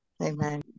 Amen